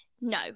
No